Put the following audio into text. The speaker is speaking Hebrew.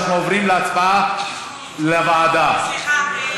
אנחנו עוברים להצבעה, לוועדה.